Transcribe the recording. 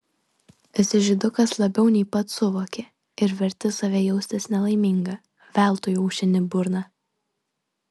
esi žydukas labiau nei pats suvoki ir verti save jaustis nelaimingą veltui aušini burną